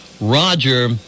Roger